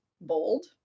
bold